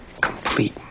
complete